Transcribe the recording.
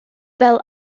fel